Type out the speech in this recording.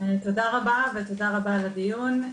תודה רבה, ותודה רבה על הדיון.